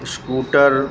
scooter